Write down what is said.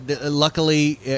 Luckily